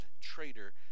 traitor